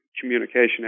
communication